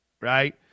right